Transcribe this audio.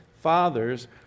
fathers